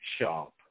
shop